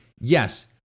yes